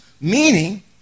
meaning